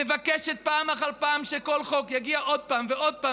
מבקשת פעם אחר פעם שכל חוק יגיע עוד פעם ועוד פעם